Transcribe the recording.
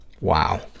Wow